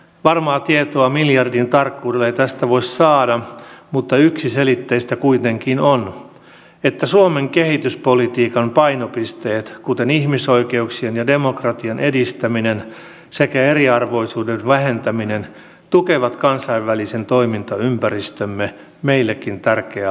varmaa tietoa miljardin tarkkuudella ei tästä voi saada mutta yksiselitteistä kuitenkin on että suomen kehityspolitiikan painopisteet kuten ihmisoikeuksien ja demokratian edistäminen sekä eriarvoisuuden vähentäminen tukevat kansainvälisen toimintaympäristömme meillekin tärkeää vakautta